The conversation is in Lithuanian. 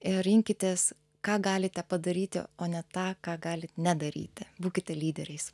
ir rinkitės ką galite padaryti o ne tą ką galit nedaryti būkite lyderiais